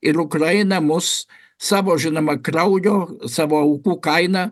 ir ukraina mus savo žinoma krauju savo aukų kaina